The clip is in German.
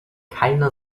keine